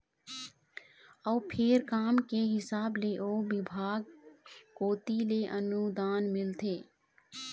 अउ फेर काम के हिसाब ले ओ बिभाग कोती ले अनुदान मिलथे